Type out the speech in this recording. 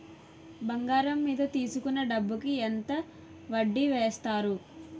బంగారం మీద తీసుకున్న డబ్బు కి ఎంత వడ్డీ వేస్తారు?